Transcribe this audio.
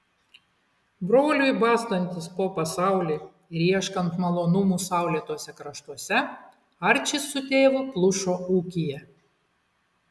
broliui bastantis po pasaulį ir ieškant malonumų saulėtuose kraštuose arčis su tėvu plušo ūkyje